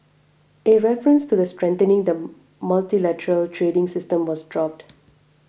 a reference to strengthening the multilateral trading system was dropped